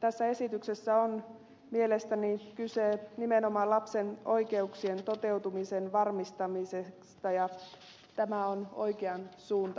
tässä esityksessä on mielestäni kyse nimenomaan lapsen oikeuksien toteutumisen varmistamisesta ja tämä on oikean suuntainen